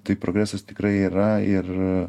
tai progresas tikrai yra ir